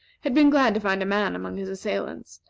had been glad to find a man among his assailants,